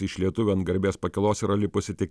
iš lietuvių ant garbės pakylos yra lipusi tik